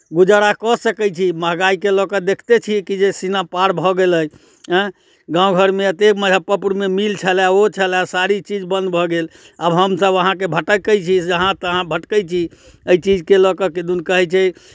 गुजारा कऽ सकै छी महँगाइके लऽ कऽ देखिते छियै कि जे सीमा पार भऽ गेल अइ आँय गाम घरमे एतेक मुजफ्फरपुरमे मिल छलए ओ छलए सारी चीज बन्द भऽ गेल आब हमसभ अहाँकेँ भटकै छी जहाँ तहाँ भटकै छी एहि चीजकेँ लऽ कऽ किदुन कहै छै